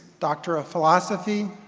doctor of philosophy,